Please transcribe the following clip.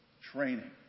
training